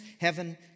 heaven